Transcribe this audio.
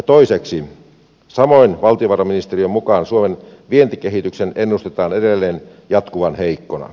toiseksi samoin valtiovarainministeriön mukaan suomen vientikehityksen ennustetaan edelleen jatkuvan heikkona